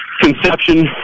conception